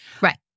Right